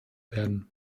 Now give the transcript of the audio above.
werden